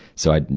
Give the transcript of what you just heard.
so i,